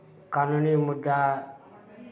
कानूनी मुद्दा